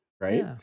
right